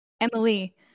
Emily